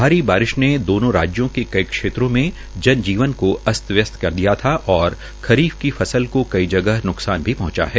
भारी वर्षा ने दोनों राज्यों के कई क्षेत्रों में जनजीवन को अस्तवस्त कर दिया था और खरीफ की फसल को कई जगह न्कसान भी पहंचाया है